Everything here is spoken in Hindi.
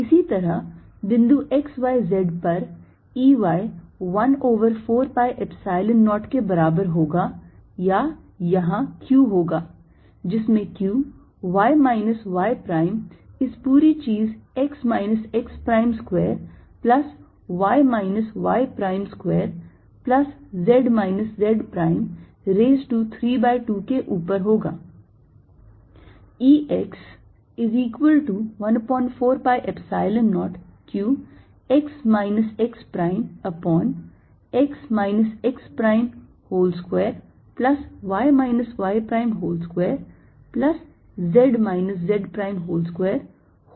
इसी तरह बिंदु x y z पर E y 1 over 4 pi Epsilon 0 के बराबर होगा या यहां q होगा जिसमें q y minus y prime इस पूरी चीज x minus x prime square plus y minus y prime square plus z minus z primes raise to 3 by 2 के ऊपर होगा